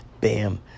bam